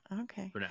Okay